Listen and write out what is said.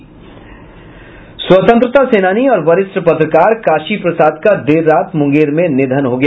स्वतंत्रता सेनानी और वरिष्ठ पत्रकार काशी प्रसाद का देर रात मुंगेर में निधन हो गया